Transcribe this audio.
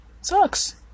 sucks